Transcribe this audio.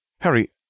Harry